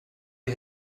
die